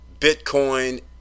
Bitcoin